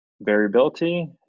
variability